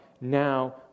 now